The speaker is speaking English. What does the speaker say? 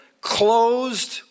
closed